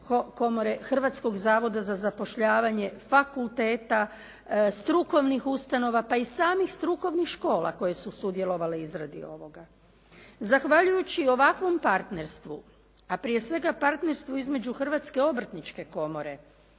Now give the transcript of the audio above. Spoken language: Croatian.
Hrvatskog zavoda za zapošljavanje, fakulteta, strukovnih ustanova, pa i samih strukovnih škola koje su sudjelovale u izradi ovoga. Zahvaljujući ovakvom partnerstvu, a prije svega partnerstvu između Hrvatske obrtničke komore,